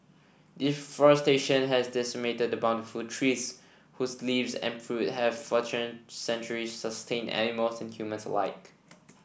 deforestation has decimated the bountiful tree whose leaves and fruit have centuries sustained animals and humans alike